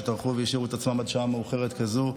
שטרחו והשאירו את עצמם עד שעה מאוחרת כזו,